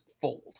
fold